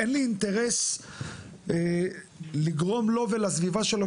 אין לי אינטרס לגרום לו ולסביבה שלו,